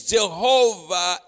Jehovah